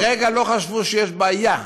לרגע לא חשבו שיש בעיה.